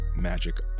magic